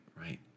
Right